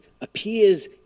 appears